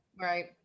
right